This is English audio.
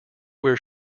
where